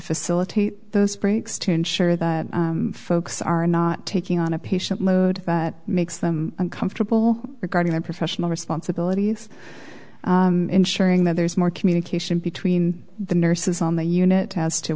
facilitate those breaks to ensure that folks are not taking on a patient load that makes them uncomfortable regarding their professional responsibilities ensuring that there is more communication between the nurses on the unit as to